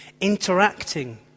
interacting